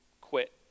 quit